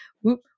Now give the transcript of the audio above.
whoop